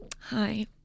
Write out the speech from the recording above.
hi